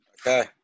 Okay